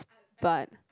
but